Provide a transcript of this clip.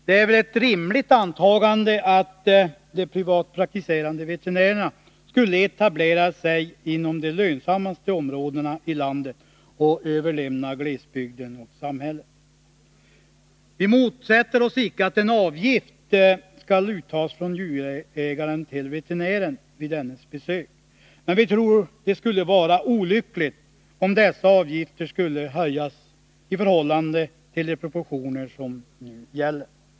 Det är väl ett rimligt antagande att de privatpraktiserande veterinärerna skulle etablera sig inom de lönsammaste områdena i landet och överlämna glesbygden åt samhället. Vi motsätter oss icke att en avgift skall uttas av djurägaren till veterinären vid dennes besök, men vi tror det skulle vara olyckligt om dessa avgifter skulle höjas i förhållande till de proportioner som nu gäller.